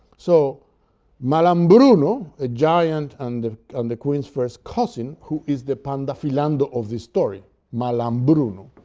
so malambruno, a giant and the and queen's first cousin, who is the pandafilando of this story, malambruno,